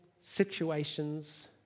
situations